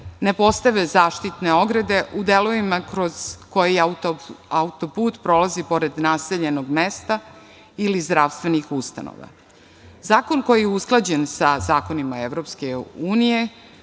ne postave zaštitne ograde u delovima kroz koji autoput prolazi pored naseljenog mesta ili zdravstvenih ustanova. Zakon koji je usklađen sa zakonima Evropske unije,